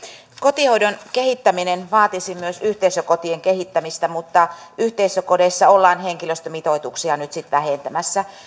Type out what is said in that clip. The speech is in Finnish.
kotihoidon kehittäminen vaatisi myös yhteisökotien kehittämistä mutta yhteisökodeissa ollaan henkilöstömitoituksia nyt sitten vähentämässä